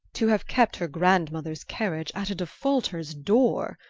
to have kept her grandmother's carriage at a defaulter's door!